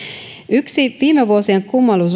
yksi viime vuosien